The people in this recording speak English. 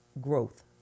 growth